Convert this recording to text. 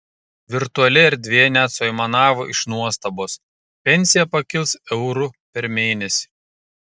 virtuali erdvė net suaimanavo iš nuostabos pensija pakils euru per mėnesį